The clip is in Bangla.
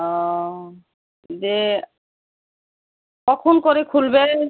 ও দে কখন করে খুলবে